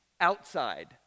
outside